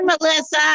Melissa